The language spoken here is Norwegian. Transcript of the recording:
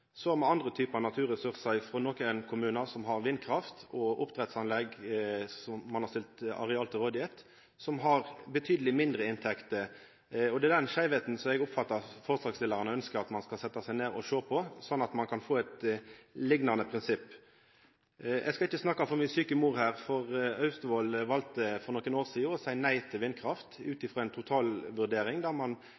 Så har me andre typar naturressursar for nokre kommunar som har vindkraft og oppdrettsanlegg som dei har stilt areal til. Dei har betydeleg mindre inntekter. Det er det skeive forholdet som eg oppfattar at forslagsstillarane ønskjer at ein skal setja seg ned og sjå på, slik at ein kan få eit liknande prinsipp. Eg skal ikkje snakka for mi sjuke mor her, for Austevoll kommune valde for nokre år sidan å seia nei til